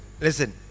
Listen